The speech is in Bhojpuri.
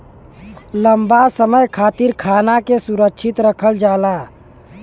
लंबा समय खातिर खाना के सुरक्षित रखल जाला